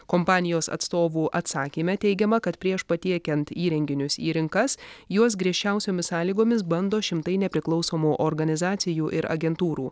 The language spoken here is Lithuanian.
kompanijos atstovų atsakyme teigiama kad prieš patiekiant įrenginius į rinkas juos griežčiausiomis sąlygomis bando šimtai nepriklausomų organizacijų ir agentūrų